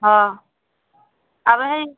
অঁ আৰু সেই